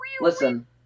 Listen